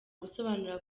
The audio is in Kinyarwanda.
gusobanura